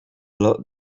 lot